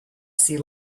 sea